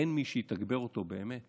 אין מי שיתגבר אותו באמת.